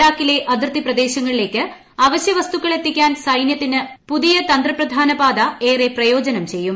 ലഡാക്കിലെ അതിർത്തി പ്രദേശങ്ങളിലേക്ക് അവശ്യവസ്തുക്കൾ എത്തിക്കാൻ സൈന്യത്തിന് പുതിയതന്ത്ര പ്രധാന പാത ഏറെ പ്രയോജനം ചെയ്യും